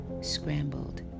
scrambled